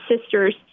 sisters